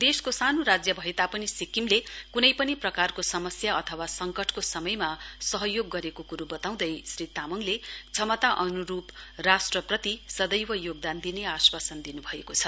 देशको सानो राज्य भए तापनि सिक्किमले कुनै पनि प्रकारको समस्या अथवा सङकतको समयमा सहयोग गरेको कुरो बताउँदै श्री तामङले क्षमता अनुरूप राष्ट्रपति सदैव योगदान दिने आश्वासन दिनुभएको छ